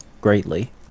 greatly